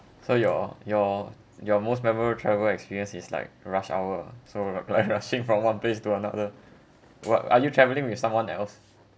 so your your your most memorable travel experience is like a rush hour so like rushing from one place to another what are you travelling with someone else